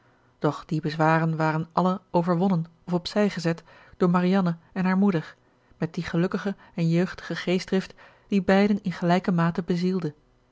doch die bezwaren waren alle overwonnen of op zij gezet door marianne en hare moeder met die gelukkige en jeugdige geestdrift die beiden in gelijke mate bezielde